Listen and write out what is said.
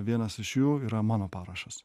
vienas iš jų yra mano parašas